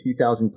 2010